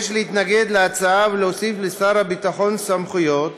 יש להתנגד להצעה להוסיף לשר הביטחון סמכויות